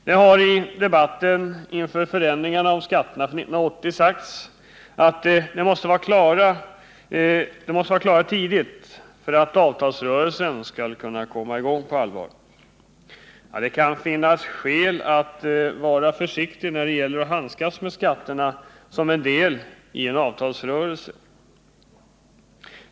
Det har i debatten inför förändringarna av skatterna för 1980 sagts att dessa måste vara klara tidigt för att avtalsrörelsen skall kunna komma i gång på allvar. Det kan finnas skäl att vara försiktig när det gäller att handskas med skatterna som en del i en avtalsrörelse.